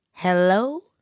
Hello